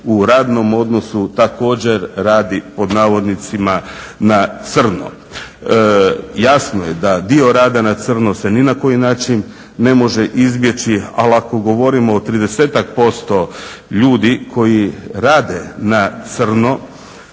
u radnom odnosu također radi pod navodnicima "na crno". Jasno je da dio rada na crno se ni na koji način ne može izbjeći ali ako govorimo od 30-ak% ljudi koji rade na crno